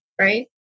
right